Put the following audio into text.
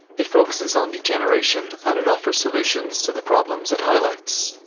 it focuses on degeneration and it offers solutions to the problems it highlights.